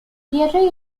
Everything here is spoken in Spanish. pierre